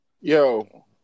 yo